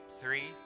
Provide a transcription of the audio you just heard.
three